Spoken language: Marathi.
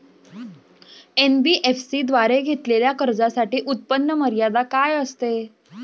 एन.बी.एफ.सी द्वारे घेतलेल्या कर्जासाठी उत्पन्न मर्यादा काय असते?